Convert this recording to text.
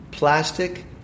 Plastic